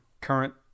current